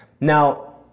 Now